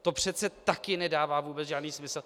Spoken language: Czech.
To přece taky nedává vůbec žádný smysl.